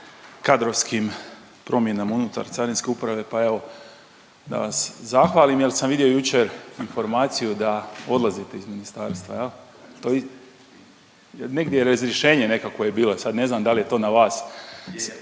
kadrovskim promjenama unutar Carinske uprave, pa evo, da vas zahvalim jer sam vidio jučer informaciju da odlazite iz Ministarstva, je l'? To .../nerazumljivo/... negdje je razrješenje nekakvo je bilo, e sad ne znam da li je to na vas.